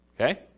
okay